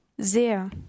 sehr